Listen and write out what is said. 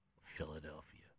Philadelphia